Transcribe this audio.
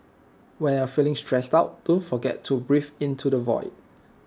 when you are feeling stressed out don't forget to breathe into the void